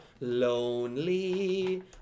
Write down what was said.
Lonely